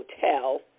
hotel